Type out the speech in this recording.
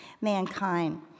mankind